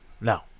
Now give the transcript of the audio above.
No